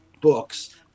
books